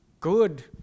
good